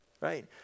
right